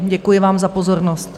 Děkuji vám za pozornost.